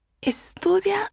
estudia